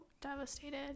devastated